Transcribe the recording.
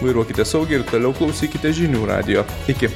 vairuokite saugiai ir toliau klausykite žinių radijo iki